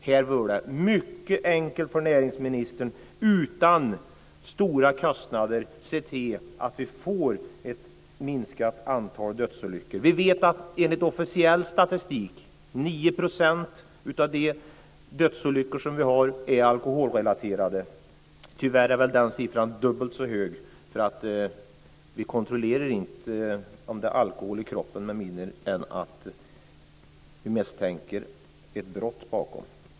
Det är mycket enkelt för näringsministern att utan stora kostnader se till att vi får ett minskat antal dödsolyckor. Enligt officiell statistik är 9 % av dödsolyckorna alkoholrelaterade. Tyvärr är väl den siffran egentligen dubbelt så hög, eftersom vi inte kontrollerar om det finns alkohol i kroppen med mindre än att vi misstänker brott.